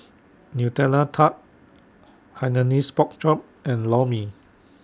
Nutella Tart Hainanese Pork Chop and Lor Mee